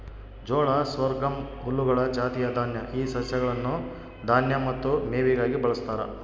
ಜೋಳ ಸೊರ್ಗಮ್ ಹುಲ್ಲುಗಳ ಜಾತಿಯ ದಾನ್ಯ ಈ ಸಸ್ಯಗಳನ್ನು ದಾನ್ಯ ಮತ್ತು ಮೇವಿಗಾಗಿ ಬಳಸ್ತಾರ